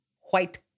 white